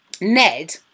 Ned